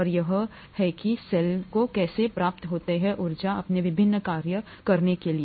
और यह है कि सेल को कैसे प्राप्त होता है ऊर्जा अपने विभिन्न कार्यों को करने के लिए